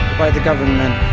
by the government,